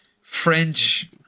French